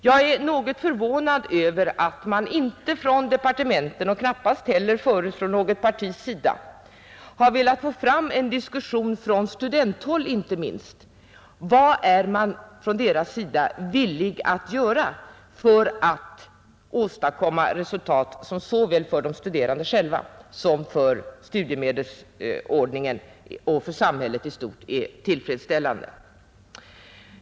Jag är något förvånad över att man inte från departementet och knappast heller från något parti har velat få fram en diskussion bland studenterna om vad man från deras sida är villig att göra för att åstadkomma resultat som är tillfredsställande såväl för de studerande själva som för studiemedelsordningen och för samhället i stort.